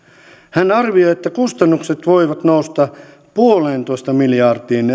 hän arvioi että kustannukset voivat nousta puoleentoista miljardiin